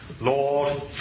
Lord